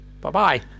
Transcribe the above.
Bye-bye